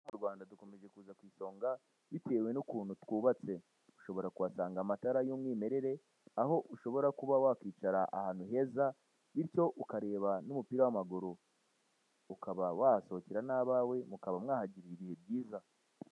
Utubari turi kuza ku isonga bitewe n'ukuntu twubatse ushobora kuhasanga amatara y'umwimerere, aho ushobora kuba wakwicara ahantu heza bityo ukareba n'umupira w'amaguru, ukaba wahasohokera n'abawe mukaba mwahagirira ibihe byiza.